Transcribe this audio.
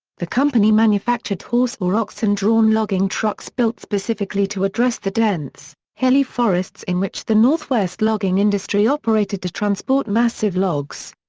the company manufactured horse or oxen-drawn logging trucks built specifically to address the dense, hilly forests in which the northwest logging industry operated to transport massive logs.